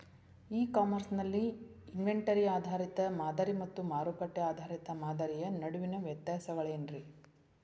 E commerce ನಲ್ಲಿ inventory ಆಧಾರಿತ ಮಾದರಿ ಮತ್ತ ಮಾರುಕಟ್ಟೆ ಆಧಾರಿತ ಮಾದರಿಯ ನಡುವಿನ ವ್ಯತ್ಯಾಸಗಳೇನ ರೇ?